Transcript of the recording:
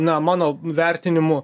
na mano vertinimu